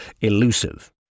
elusive